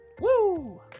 Woo